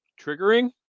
triggering